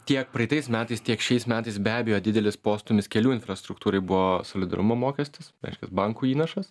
tiek praeitais metais tiek šiais metais be abejo didelis postūmis kelių infrastruktūrai buvo solidarumo mokestis reiškias bankų įnašas